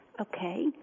Okay